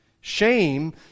Shame